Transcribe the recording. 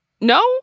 No